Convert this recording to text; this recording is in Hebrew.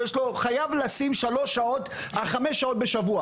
שחייב לשים חמש שעות בשבוע,